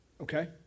Okay